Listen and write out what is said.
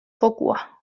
fokua